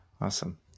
awesome